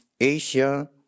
Asia